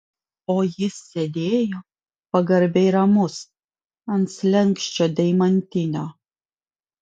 o jis sėdėjo pagarbiai ramus ant slenksčio deimantinio